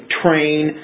train